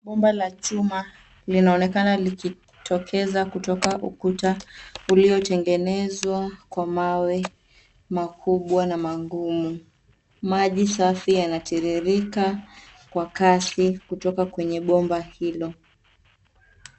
Bomba la chuma linaonekana likitokeza kutoka ukuta uliotengenezwa kwa mawe makubwa na magumu. Maji safi yanatiririka kwa kasi kutoka kwenye bomba hilo.